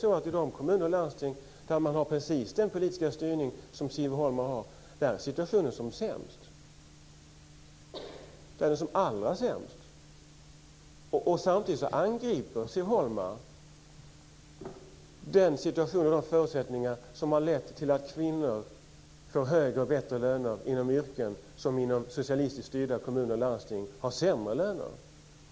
I de kommuner och landsting där man har precis den politiska styrning som Siv Holma förespråkar är situationen som allra sämst. Samtidigt angriper Siv Holma den situation och de förutsättningar som har lett till att kvinnor får högre löner inom yrken där de inom socialistiska kommuner och landsting har sämre löner.